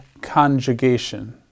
conjugation